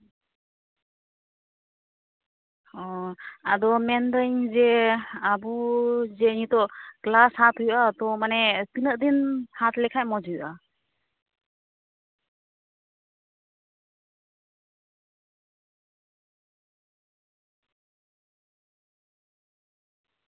ᱚᱸᱻ ᱟᱫᱚ ᱢᱮᱱᱫᱟᱹᱧ ᱡᱮ ᱟᱹᱵᱩ ᱡᱮ ᱱᱤᱛᱳᱜ ᱠᱞᱟᱥ ᱦᱟᱛ ᱦᱩᱭᱩᱜᱼᱟ ᱛᱚ ᱢᱟᱱᱮ ᱛᱤᱱᱟᱹᱜ ᱫᱤᱱ ᱦᱟᱛ ᱞᱮᱠᱷᱟᱱ ᱢᱚᱡᱽ ᱦᱩᱭᱩᱜᱼᱟ